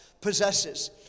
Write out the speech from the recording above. possesses